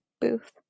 booth